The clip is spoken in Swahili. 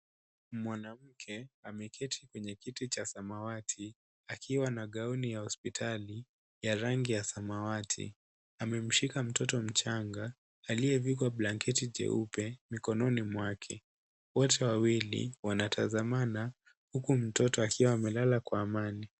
Mwanamke ameketi kwenye kiti cha samawati akiwa na gauni ya hospitali ya rangi ya samawati. Amemshika mtoto mchanga aliyevikwa blanketi jeupe mkononi mwake. Wote wawili wanatazamana huku mtoto akiwa amelala kwa amani.